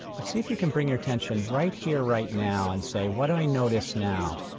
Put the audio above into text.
but see if you can bring your attention right here, right now and say what do i notice now?